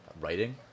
Writing